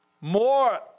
more